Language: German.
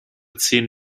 zehn